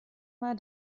mal